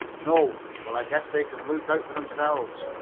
no. well, i guess they can look out for themselves.